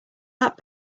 that